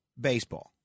baseball